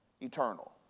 Eternal